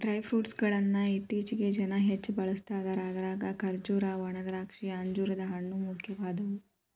dry fruit ಗಳ್ಳನ್ನ ಇತ್ತೇಚಿಗೆ ಜನ ಹೆಚ್ಚ ಬಳಸ್ತಿದಾರ ಅದ್ರಾಗ ಖರ್ಜೂರ, ಒಣದ್ರಾಕ್ಷಿ, ಅಂಜೂರದ ಹಣ್ಣು, ಮುಖ್ಯವಾದವು